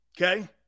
Okay